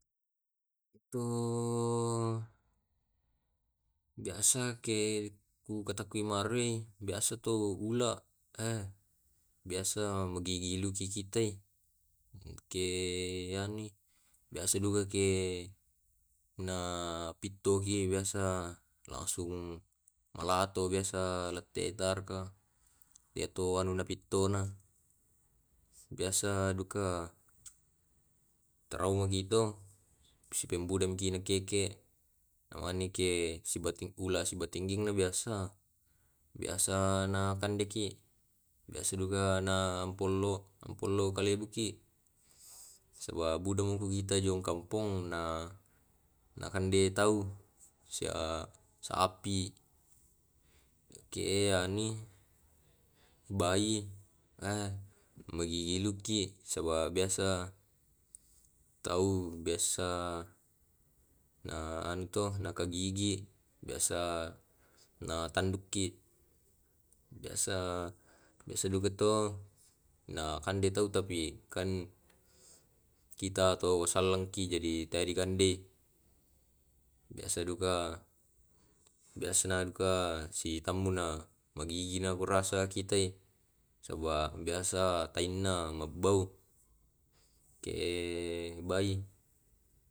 Yatu biasa ke ku katakeangari biasa tu ula a biasa magigi lukite ke ani biasa duga ke, na pittoki biasa langsung malato biasa lettetarka. Iyatu pittona biasa duka taraogi to sipumbudaki na keke. Awanike sibatingula sibatingging, biasa biasa nakandeki, biasa duka naampolo ampolo kalebuki, siba budong tia kampong na na kande tau sea sapi, ke ani bayi, ah magiluki saba biasa tau biasa na anu to na ka gigi, biasa na tanduki, biasa biasa duka to na kande tau tapi kan kita tau sallengki jadi tea dikande. Biasa duka biasa na duka sitambung na maigiki nasaba biasa taina mabbau ke bayi.